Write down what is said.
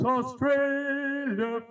Australia